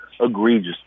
egregious